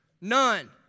None